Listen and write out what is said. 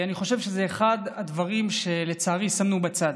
אני חושב שזה אחד הדברים שלצערי שמנו בצד.